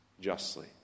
justly